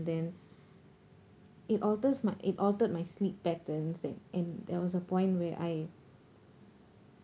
then it alters my it altered my sleep patterns a~ and there was a point where I